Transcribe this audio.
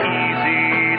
easy